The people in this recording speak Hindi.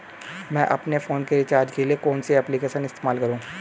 मैं अपने फोन के रिचार्ज के लिए कौन सी एप्लिकेशन इस्तेमाल करूँ?